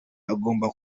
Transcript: agomba